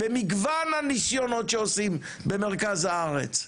במגוון הניסיונות שעושים במרכז הארץ,